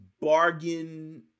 bargain-